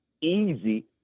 easy